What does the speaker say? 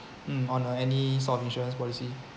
mm on uh any sort of insurance policy